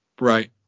right